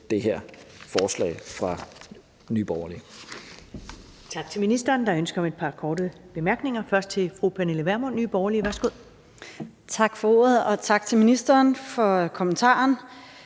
det her forslag fra Nye Borgerlige.